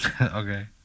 Okay